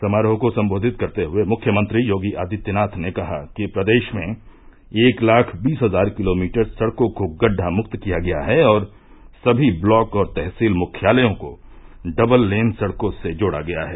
समारोह को सम्बोधित करते हुये मुख्यमंत्री योगी आदित्यनाथ ने कहा कि प्रदेश में एक लाख बीस हजार किलोमीटर सड़कों को गड्ढामुक्त किया गया है और समी ब्लॉक और तहसील मुख्यालयों को डबल लेन सड़कों से जोड़ा गया है